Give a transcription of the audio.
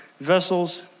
vessels